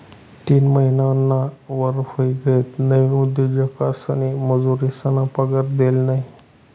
तीन महिनाना वर व्हयी गयात नवीन उद्योजकसनी मजुरेसना पगार देल नयी शे